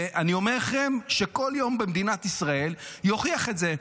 אני אומר לכם שכל יום במדינת ישראל יוכיח את זה.